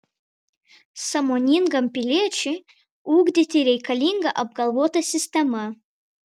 sąmoningam piliečiui ugdyti reikalinga apgalvota sistema